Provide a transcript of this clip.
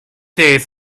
days